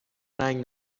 رنگ